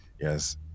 Yes